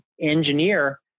engineer